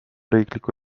riikliku